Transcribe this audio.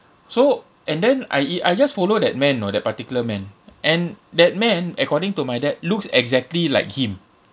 so and then I e~ I just follow that man you know that particular man and that man according to my dad looks exactly like him